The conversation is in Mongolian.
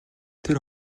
тэр